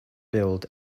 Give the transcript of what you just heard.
build